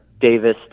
Davis